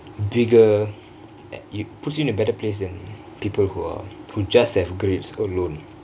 bigger and it puts you in a better place than people who are who just have grades alone